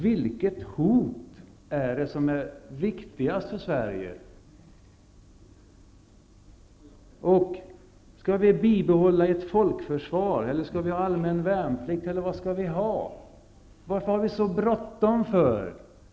Vilket hot är det som är viktigast för Sverige? Skall vi bibehålla ett folkförsvar? Skall vi ha allmän värnplikt eller vad skall vi ha? Varför har vi så bråttom?